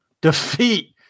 defeat